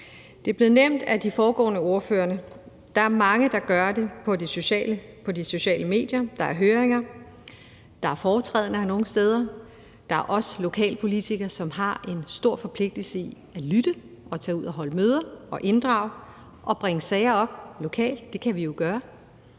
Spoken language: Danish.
Det er blevet nævnt af de foregående ordførere, at der er mange, der gør det på de sociale medier. Der er høringer, der er foretræder nogle steder, og der er os lokalpolitikere, som har en stor forpligtelse til at lytte, tage ud og holde møder, inddrage og bringe sager op lokalt; det kan vi jo gøre.